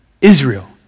Israel